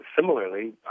similarly